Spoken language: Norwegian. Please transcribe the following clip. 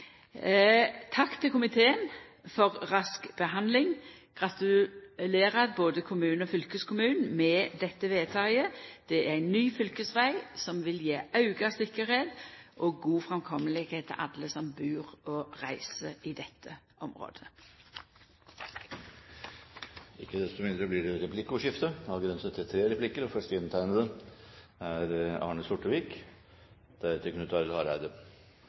Takk til komiteen for rask behandling. Eg vil gratulera både kommunen og fylkeskommunen med dette vedtaket. Den nye fylkesvegen vil gje auka tryggleik og gode framkomsttilhøve for alle som bur og reiser i dette området. Det blir replikkordskifte. Det som samferdselsministeren liker å beskrive som lokale tiltak og